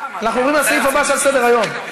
אנחנו עוברים לסעיף הבא שעל סדר-היום.